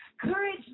Courage